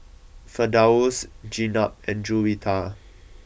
Firdaus Jenab and Juwita